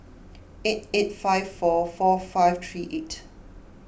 eight eight five four four five three eight